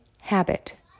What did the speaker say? habit